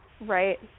Right